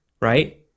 right